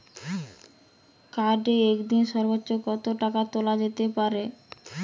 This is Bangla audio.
কার্ডে একদিনে সর্বোচ্চ কত টাকা তোলা যেতে পারে?